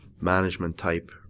management-type